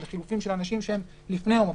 של חילופים של אנשים שהם לפני יום הבחירות,